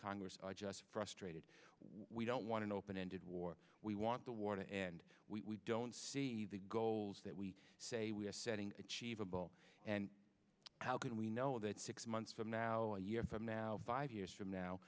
congress are just frustrated we don't want an open ended war we want the war to end we don't see the goals that we say we are setting achievable and how can we know that six months from now a year from now five years from now